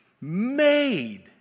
made